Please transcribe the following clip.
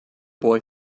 boy